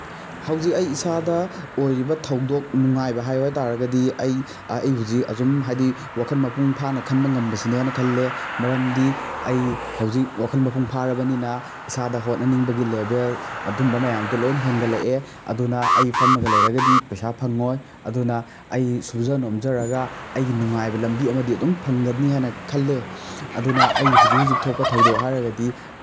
ꯍꯧꯖꯤꯛ ꯑꯩ ꯏꯁꯥꯗ ꯑꯣꯏꯔꯤꯕ ꯊꯧꯗꯣꯛ ꯅꯨꯡꯉꯥꯏꯕ ꯍꯥꯏꯌꯨ ꯍꯥꯏ ꯇꯥꯔꯒꯗꯤ ꯑꯩ ꯑꯩ ꯍꯧꯖꯤꯛ ꯑꯗꯨꯝ ꯍꯥꯏꯗꯤ ꯋꯥꯈꯜ ꯃꯄꯨꯡ ꯐꯥꯅ ꯈꯟꯕ ꯉꯝꯕꯁꯤꯅꯦꯅ ꯈꯜꯂꯦ ꯃꯔꯝꯗꯤ ꯑꯩ ꯍꯧꯖꯤꯛ ꯋꯥꯈꯜ ꯃꯄꯨꯡ ꯐꯥꯔꯕꯅꯤꯅ ꯏꯁꯥꯗ ꯍꯣꯠꯅꯅꯤꯡꯕꯒꯤ ꯂꯦꯚꯦꯜ ꯑꯗꯨꯝꯕ ꯃꯌꯥꯝꯗꯨ ꯂꯣꯏꯅ ꯍꯦꯟꯒꯠꯂꯛꯑꯦ ꯑꯗꯨꯅ ꯑꯩ ꯐꯝꯃꯒ ꯂꯩꯔꯒꯗꯤ ꯄꯩꯁꯥ ꯐꯪꯉꯣꯏ ꯑꯗꯨꯅ ꯑꯩ ꯁꯨꯖ ꯅꯣꯝꯖꯔꯒ ꯑꯩꯒꯤ ꯅꯨꯡꯉꯥꯏꯕ ꯂꯝꯕꯤ ꯑꯃꯗꯤ ꯑꯗꯨꯝ ꯐꯪꯒꯅꯤ ꯍꯥꯏꯅ ꯈꯜꯂꯦ ꯑꯗꯨꯅ ꯑꯩ ꯍꯨꯖꯤꯛ ꯍꯨꯖꯤꯛ ꯊꯣꯛꯄ ꯊꯧꯗꯣꯛ ꯍꯥꯏꯔꯒꯗꯤ